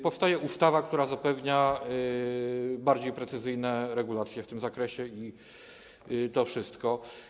Powstaje ustawa, która zapewnia bardziej precyzyjne regulacje w tym zakresie i to wszystko.